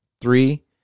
Three